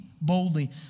boldly